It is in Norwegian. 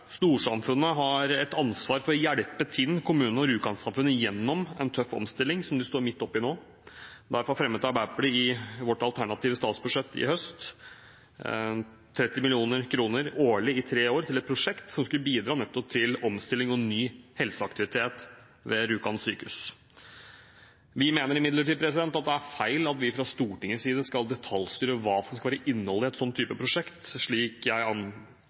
Storsamfunnet har et ansvar for å hjelpe Tinn kommune og Rjukan-samfunnet gjennom den tøffe omstillingen de står midt oppi nå. Derfor fremmet Arbeiderpartiet i sitt alternative statsbudsjett i høst forslag om 30 mill. kr årlig i tre år til et prosjekt som skulle bidra nettopp til omstilling og ny helseaktivitet ved Rjukan sykehus. Vi mener imidlertid det er feil at vi fra Stortingets side skal detaljstyre hva som skal være innholdet i en sånn type prosjekt, som jeg